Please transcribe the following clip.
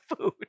food